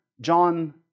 John